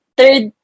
third